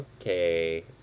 okay